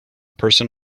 person